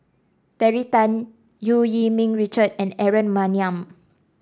Terry Tan Eu Yee Ming Richard and Aaron Maniam